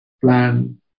plan